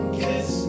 kiss